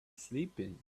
sleeping